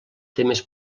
temes